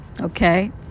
Okay